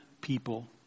people